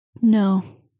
No